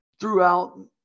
throughout